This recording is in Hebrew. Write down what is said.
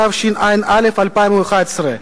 התשע"א 2011,